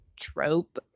trope